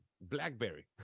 BlackBerry